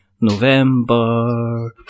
November